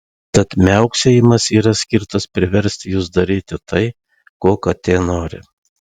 tad miauksėjimas yra skirtas priversti jus daryti tai ko katė nori